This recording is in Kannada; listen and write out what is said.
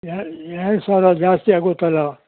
ಎರ ಎರಡು ಸಾವಿರ ಜಾಸ್ತಿ ಆಗೋಯಿತಲ್ಲ